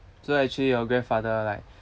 so actually your grandfather like